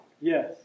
Yes